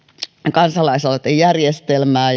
kansalaisaloitejärjestelmää